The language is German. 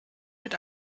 mit